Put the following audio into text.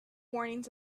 warnings